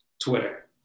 Twitter